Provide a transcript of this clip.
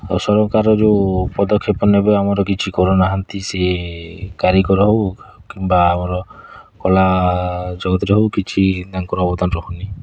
ଆଉ ସରକାର ଯେଉଁ ପଦକ୍ଷେପ ନେବେ ଆମର କିଛି କରୁନାହାନ୍ତି ସିଏ କାରିଗର ହେଉ କିମ୍ବା ଆମର କଳା ଜଗତରେ ହେଉ କିଛି ତାଙ୍କର କିଛି ଅବଦାନ ରହୁନି